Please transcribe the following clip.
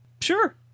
Sure